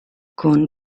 con